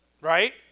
right